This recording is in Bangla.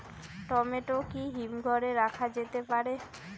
টমেটো কি হিমঘর এ রাখা যেতে পারে?